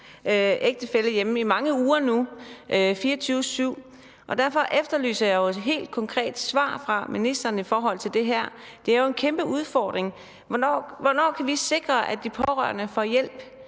ægtefælle hjemme i mange uger nu 24-7. Derfor efterlyser jeg et helt konkret svar fra ministeren i forhold til det. Det er jo en kæmpe udfordring. Hvornår kan vi sikre, at de pårørende får hjælp,